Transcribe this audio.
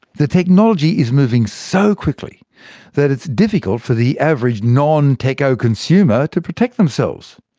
the technology is moving so quickly that it's difficult for the average non-techo consumer to protect themselves.